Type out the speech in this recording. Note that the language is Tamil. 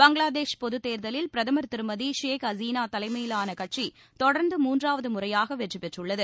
பங்களாதேஷ் பொதுத்தேர்தலில் பிரதமர் திருமதி ஷேக் ஹசீனா தலைமையிலான கட்சி தொடர்ந்து மூன்றாவது முறையாக வெற்றிபெற்றுள்ளது